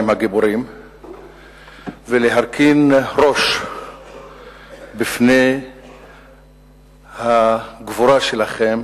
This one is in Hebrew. הגיבורים ולהרכין ראש בפני הגבורה שלכם